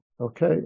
Okay